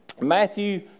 Matthew